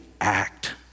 act